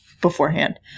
beforehand